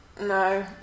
No